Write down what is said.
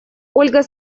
ольга